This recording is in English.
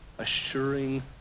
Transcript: assuring